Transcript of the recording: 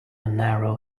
narrow